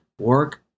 work